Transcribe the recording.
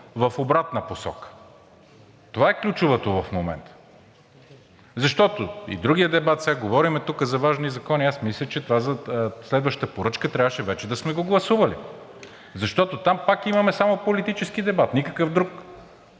в обратна посока. Това е ключовото в момента. Защото и другият дебат сега – говорим тук за важни закони, и аз мисля, че това за следваща поръчка трябваше вече да сме го гласували, защото там пак имаме само политически дебат, никакъв друг.